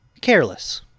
Careless